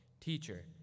Teacher